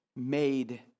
Made